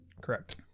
Correct